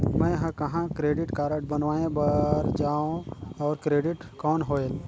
मैं ह कहाँ क्रेडिट कारड बनवाय बार जाओ? और क्रेडिट कौन होएल??